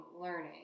learning